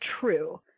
true